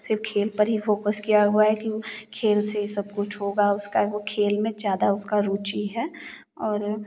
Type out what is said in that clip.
सिर्फ खेल पर ही फोकस किया हुआ है कि खेल से ही सब कुछ होगा उसका वो खेल में ज़्यादा उसका रुचि है और